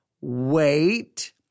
wait